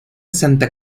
santa